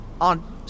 on